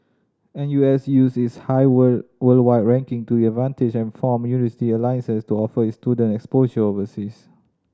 N U S used its high worldwide ranking to advantage and formed university alliances to offer its student exposure overseas